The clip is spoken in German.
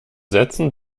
sätzen